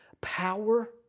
power